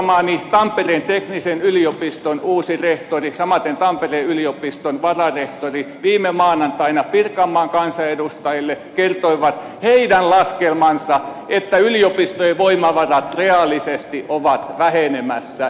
arvostamani tampereen teknisen yliopiston uusi rehtori samaten tampereen yliopiston vararehtori viime maanantaina pirkanmaan kansanedustajille kertoivat heidän laskelmansa että yliopistojen voimavarat reaalisesti ovat vähenemässä